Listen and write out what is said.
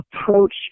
approach